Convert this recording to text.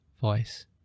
voice